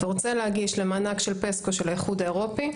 ורוצה להגיש למענק של פסקו של האיחוד האירופי,